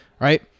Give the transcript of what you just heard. right